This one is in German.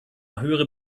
höhere